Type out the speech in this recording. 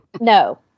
No